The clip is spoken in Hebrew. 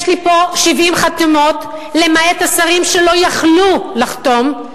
יש לי פה 70 חתימות, למעט השרים, שלא יכלו לחתום,